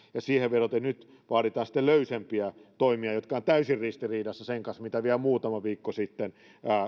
siihen vedoten nyt vaaditaan sitten löysempiä toimia jotka ovat täysin ristiriidassa sen kanssa mitä kokoomuslaiset vielä muutama viikko sitten